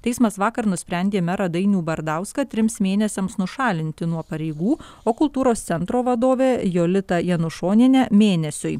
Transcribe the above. teismas vakar nusprendė merą dainių bardauską trims mėnesiams nušalinti nuo pareigų o kultūros centro vadovę jolitą janušonienę mėnesiui